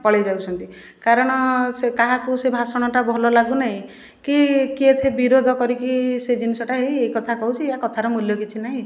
ପଳେଇ ଯାଉଛନ୍ତି କାରଣ କାହାକୁ ସେ ଭାଷଣଟା ଭଲ ଲାଗୁନାହିଁ କି କିଏ ସେ ବିରୋଧ କରିକି ସେ ଜିନିଷଟା ହେଇ ଏ କଥା କହୁଛି ୟା କଥାର ମୂଲ୍ୟ କିଛି ନାହିଁ